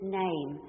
name